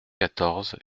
quatorze